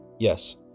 Yes